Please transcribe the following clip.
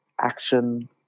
action